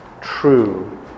true